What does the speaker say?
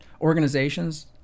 organizations